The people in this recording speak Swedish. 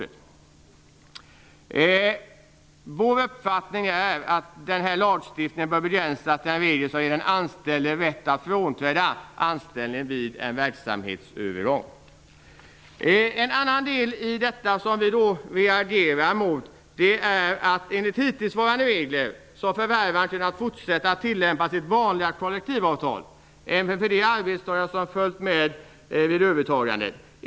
Det är vår uppfattning att den här lagstiftningen bör begränsas till en regel som ger den anställde rätt att frånträda anställningen vid en verksamhetsövergång. En annan del i detta som vi reagerar mot är att enligt hittillsvarande regler har förvärvaren kunnat fortsätta att tillämpa sitt vanliga kollektivavtal även för de arbetstagare som följt med vid övertagandet.